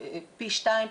פי שניים,